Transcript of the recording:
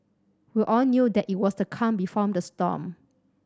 we all knew that it was the calm before the storm